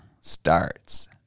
starts